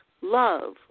love